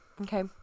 Okay